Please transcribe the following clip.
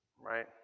Right